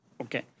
Okay